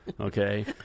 okay